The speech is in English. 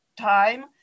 time